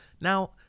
Now